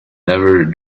never